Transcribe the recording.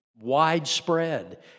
widespread